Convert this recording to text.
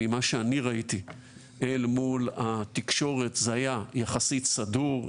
ממה שאני ראיתי אל מול התקשורת זה היה יחסית סדור,